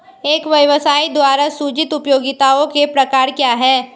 एक व्यवसाय द्वारा सृजित उपयोगिताओं के प्रकार क्या हैं?